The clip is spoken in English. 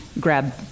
grab